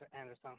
Anderson